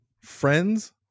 friends